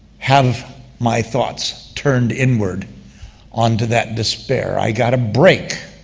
have my thoughts turned inward onto that despair. i got a break